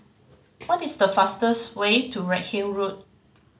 what is the fastest way to Redhill Road